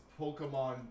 Pokemon